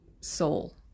soul